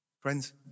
Friends